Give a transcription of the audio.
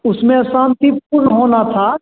उसमें अशांतिपूर्ण होना था